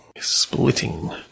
Splitting